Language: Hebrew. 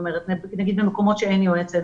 נגיד במקומות שאין יועצת,